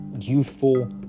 youthful